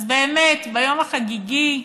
אז באמת ביום החגיגי,